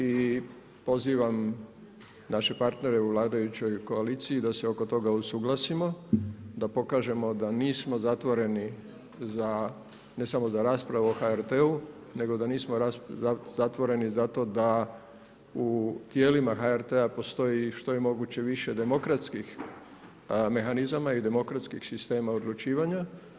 I pozivam naše partnere u vladajućoj koaliciji da se oko toga usuglasimo, da pokažemo da nismo zatvoreni, ne samo za raspravu o HRT-u, nego da nismo zatvoreni, zato da u tijelima HRT-a postoji što je moguće više demokratskih mehanizama i demokratskih sistema odlučivanja.